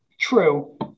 true